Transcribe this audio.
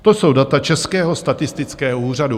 To jsou data Českého statistického úřadu.